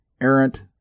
errant